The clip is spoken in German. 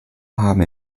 haben